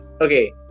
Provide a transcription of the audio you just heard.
Okay